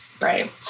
Right